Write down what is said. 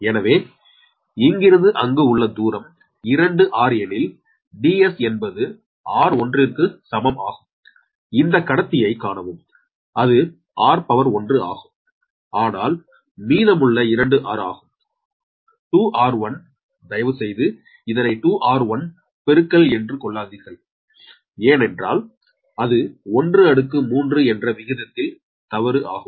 எனவே இங்கிருந்து அங்கு உள்ள தூரம் 2r எனில் DS என்பது r1 க்கு சமம் ஆகும் இந்த கடத்தியை காணவும் அது r1 ஆகும் ஆனால் மீதமுள்ளது 2r ஆகும் 2r1 தயவுசெய்து இதனை 2r1 பெருக்கல் என்று கொள்ளாதீர்கள் ஏனன்றால் அது 1 அடுக்கு 3 என்ற விகிதத்தில் தவுறு ஆகும்